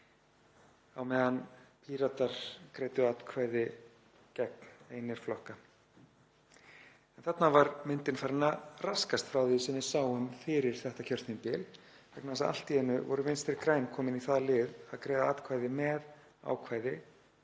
á meðan Píratar greiddu atkvæði gegn því einir flokka. En þarna var myndin farin að raskast frá því sem við sáum fyrir þetta kjörtímabil vegna þess að allt í einu voru Vinstri græn kominn í það lið að greiða atkvæði með ákvæði